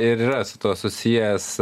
ir yra su tuo susijęs